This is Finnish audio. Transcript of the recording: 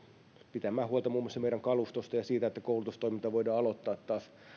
pitämään huolta muun muassa meidän kalustostamme ja siitä että koulutustoiminta voidaan aloittaa taas